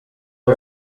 abo